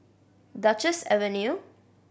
Duchess Avenue